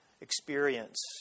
experience